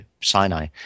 Sinai